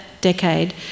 decade